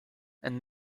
and